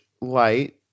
light